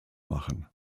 machen